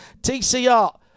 TCR